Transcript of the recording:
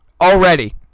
already